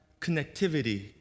connectivity